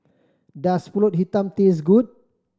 does Pulut Hitam taste good